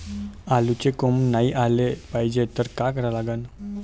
आलूले कोंब नाई याले पायजे त का करा लागन?